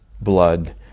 blood